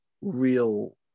real